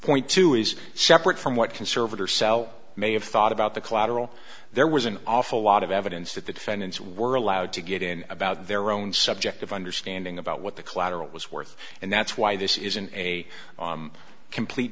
point two is separate from what conservator sal may have thought about the collateral there was an awful lot of evidence that the defendants were allowed to get in about their own subjective understanding about what the collateral was worth and that's why this isn't a complete